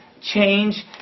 change